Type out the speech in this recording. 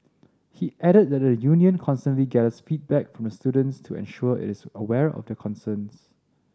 he added that the union constantly gathers feedback from the students to ensure it is aware of their concerns